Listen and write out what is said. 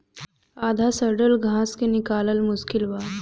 आधा सड़ल घास के निकालल मुश्किल बा